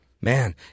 Man